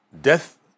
Death